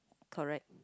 correct